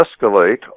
escalate